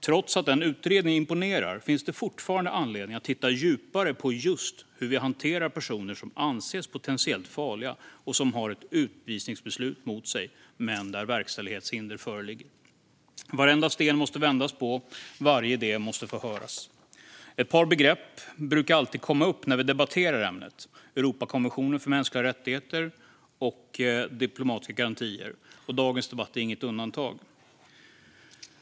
Trots att utredningen imponerar finns det fortfarande anledning att titta djupare på just hur vi hanterar fall med personer som anses potentiellt farliga och har ett utvisningsbeslut mot sig men där verkställighetshinder föreligger. Varenda sten måste vändas på. Varje idé måste få höras. Ett par begrepp brukar alltid komma upp när vi debatterar ämnet: Europakonventionen för mänskliga rättigheter och diplomatiska garantier. Dagens debatt är inget undantag.